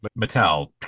Mattel